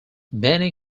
many